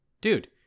Dude